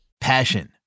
Passion